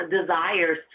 desires